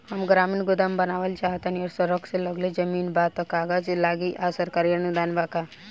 हम ग्रामीण गोदाम बनावल चाहतानी और सड़क से लगले जमीन बा त का कागज लागी आ सरकारी अनुदान बा का?